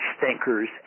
thinkers